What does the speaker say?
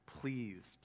pleased